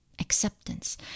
acceptance